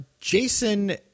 Jason